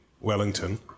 Wellington